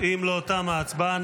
אם לא, תמה ההצבעה.